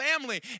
family